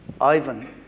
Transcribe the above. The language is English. Ivan